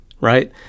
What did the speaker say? right